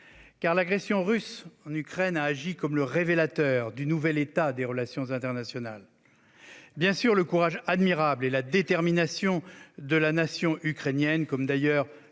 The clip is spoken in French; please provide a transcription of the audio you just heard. l'agression russe en Ukraine a agi comme le révélateur du nouvel état des relations internationales. Bien sûr, le courage admirable et la détermination de la nation ukrainienne, comme d'ailleurs